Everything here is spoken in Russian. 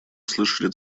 слышали